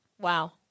Wow